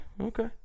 Okay